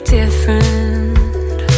different